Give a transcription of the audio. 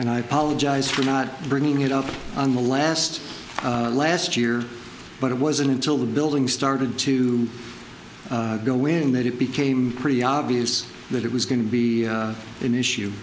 and i apologize for not bringing it up on the last last year but it wasn't until the building started to go when that it became pretty obvious that it was going to be an issue